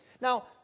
Now